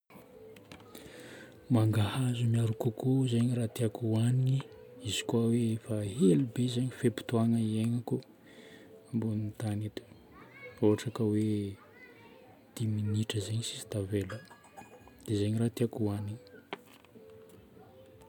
Mangahazo miharo coco zaigny tiako hohagniny izy koa efa hely be zagny fe-potoagna iaignako ambonin'ny tany eto. Öhatra ka hoe dimy minitra zegny sisa tavela, dia zegny raha tiako hanigny.